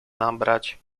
nabrać